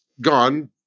gone